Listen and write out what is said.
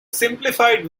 simplified